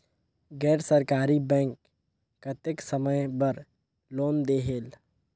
गैर सरकारी बैंक कतेक समय बर लोन देहेल?